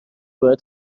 باید